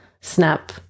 snap